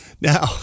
Now